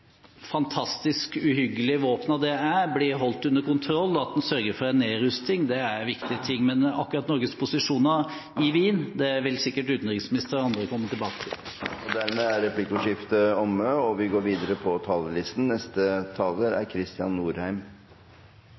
fantastisk uhyggelige våpnene de er, blir holdt under kontroll, og at man sørger for en nedrusting, er viktig. Men Norges posisjoner i Wien vil sikkert utenriksministeren og andre komme tilbake til. Dermed er replikkordskiftet omme. Julen og et helt nytt år står foran oss, og jeg finner det derfor passende å starte med å vise takknemlighet. Det er